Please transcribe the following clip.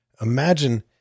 Imagine